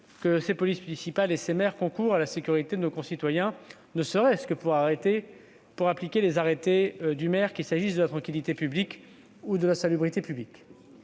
ces polices municipales et les maires concourent à la sécurité de nos concitoyens, ne serait-ce que pour appliquer les arrêtés du maire, qu'ils soient relatifs à la tranquillité ou à la salubrité publiques.